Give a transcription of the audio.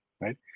right